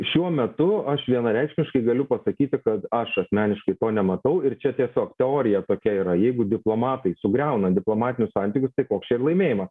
šiuo metu aš vienareikšmiškai galiu pasakyti kad aš asmeniškai nematau ir čia tiesiog teorija tokia yra jeigu diplomatai sugriauna diplomatinius santykius tai toks čia ir laimėjimas